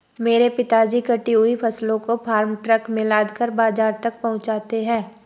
मेरे पिताजी कटी हुई फसलों को फार्म ट्रक में लादकर बाजार तक पहुंचाते हैं